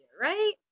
right